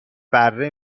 بره